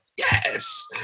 Yes